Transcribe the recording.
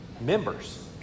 members